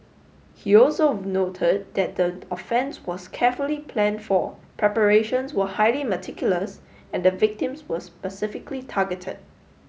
he also noted that the offence was carefully planned for preparations were highly meticulous and the victims were specifically targeted